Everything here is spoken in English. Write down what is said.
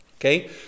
Okay